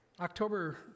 October